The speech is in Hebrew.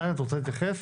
תניה, את רוצה להתייחס?